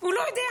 הוא לא יודע.